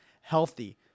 healthy